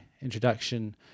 introduction